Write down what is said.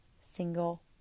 single